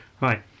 Right